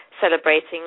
Celebrating